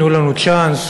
תנו לנו צ'אנס.